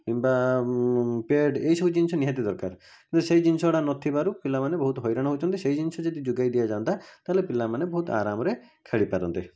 କିମ୍ବା ପ୍ୟାଡ଼୍ ଏଇସବୁ ଜିନିଷ ନିହାତି ଦରକାର କିନ୍ତୁ ସେଇ ଜିନିଷଗୁଡ଼ା ନଥିବାରୁ ପିଲାମାନେ ବହୁତ ହଇରାଣ ହେଉଛନ୍ତି ସେଇ ଜିନିଷ ଯଦି ଯୋଗାଇ ଦିଆଯାଆନ୍ତା ତାହେଲେ ପିଲାମାନେ ବହୁତ ଆରାମରେ ଖେଳିପାରନ୍ତେ